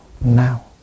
now